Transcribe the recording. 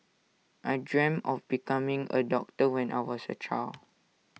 I dreamt of becoming A doctor when I was A child